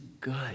good